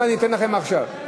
אם אני אתן לכם עכשיו, אדוני